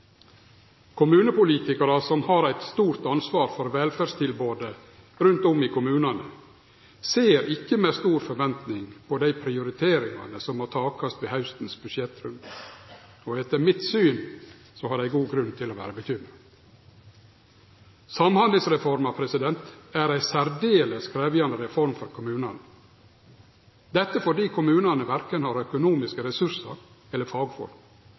Kommunepolitikarar, som har eit stort ansvar for velferdstilbodet rundt om i kommunane, ser ikkje med stor forventning på dei prioriteringane som må takast ved budsjettrunden til hausten. Etter mitt syn har dei god grunn til å vere bekymra. Samhandlingsreforma er ei særdeles krevjande reform for kommunane, for kommunane har verken økonomiske ressursar eller